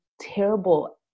terrible